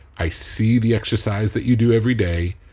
i see the exercise that you do every day,